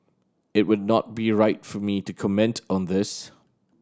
it would not be right for me to comment on this